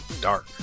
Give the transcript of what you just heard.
dark